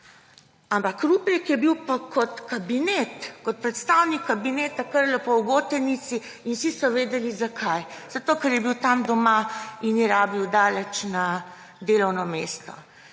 ampak Rupnik pa je bil kot predstavnik kabineta kar lahko v Gotenici in vsi so vedeli, zakaj. Zato, ker je bil tam doma in je rabil daleč na delovno mesto.